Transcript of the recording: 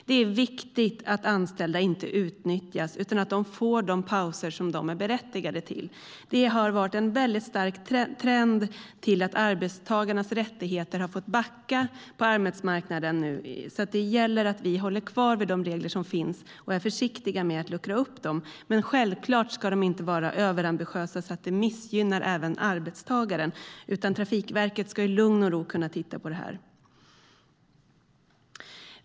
Det är viktigt att anställda inte utnyttjas utan får de pauser som de är berättigade till. Det har varit en stark trend mot att arbetstagarnas rättigheter har fått backa på arbetsmarknaden, så det gäller att vi håller kvar vid de regler som finns och är försiktiga med att luckra upp dem. Men självklart ska de inte vara överambitiösa så att de missgynnar även arbetstagaren, utan Trafikverket ska i lugn och ro kunna titta på detta.